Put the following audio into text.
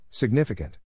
Significant